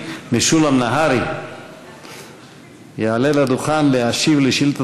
משולם נהרי יעלה לדוכן להשיב על שאילתה